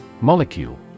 Molecule